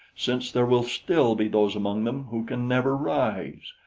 since there will still be those among them who can never rise.